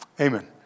Amen